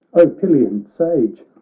o pylian sage,